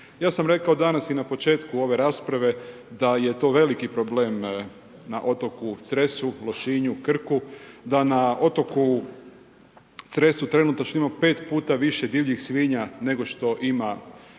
Ja sam rekao danas i na početku ove rasprave da je to veliki problem na otoku Cresu, Lošinju, Krku, da na otoku Cresu trenutačno ima 5 puta više divljih svinja nego što ima